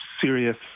serious